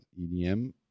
EDM